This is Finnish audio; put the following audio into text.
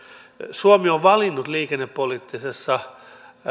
suomi on valinnut liikennepoliittisessa